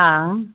हा